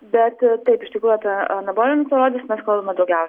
bet taip ištikrųjų apie anabolinius steroidus mes kalbame daugiausiai